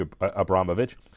Abramovich